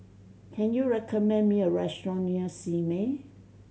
can you recommend me a restaurant near Simei